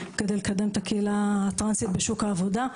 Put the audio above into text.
כדי לקדם את הקהילה הטרנסית בשוק העבודה.